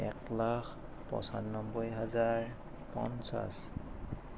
এক লাখ পঁচান্নব্বৈ হাজাৰ পঞ্চাছ